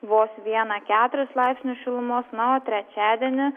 vos vieną keturis laipsnius šilumos na o trečiadienį